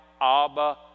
Abba